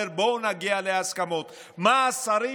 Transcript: בוא תראה מה השרים